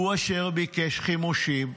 הוא אשר ביקש חימושים.